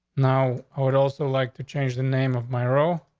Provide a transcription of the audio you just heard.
now, i would also like to change the name of my row.